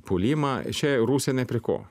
puolimą čia rusija ne prie ko